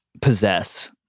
possess